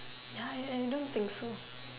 ya I I don't think so